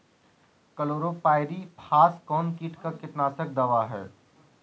Chlorpyrifos कौन किट का कीटनाशक दवा है?